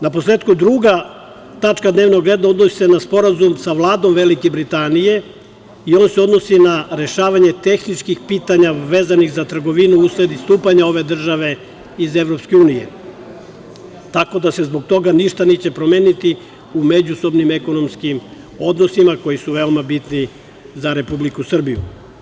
Na posletku, druga tačka dnevnog reda odnosi se na Sporazum sa Vladom Velike Britanije i on se odnosi na rešavanje tehničkih pitanja vezanih za trgovinu usled istupanja ove države iz EU, tako da se zbog toga ništa neće promeniti u međusobnim ekonomskim odnosima koji su veoma bitni za Republiku Srbiju.